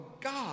God